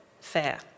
fair